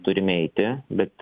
turime eiti bet